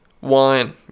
Wine